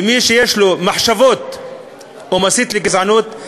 ומי שיש לו מחשבות והוא מסית לגזענות,